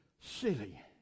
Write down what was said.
silly